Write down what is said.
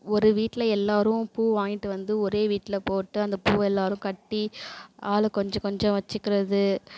ஒரு வீட்டில் எல்லாரும் பூ வாங்கிகிட்டு வந்து ஒரே வீட்டில் போட்டு அந்த பூவை எல்லாரும் கட்டி ஆளுக்கு கொஞ்சம் கொஞ்சம் வச்சுக்கிறது